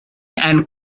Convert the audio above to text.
and